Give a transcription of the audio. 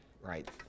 right